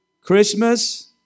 Christmas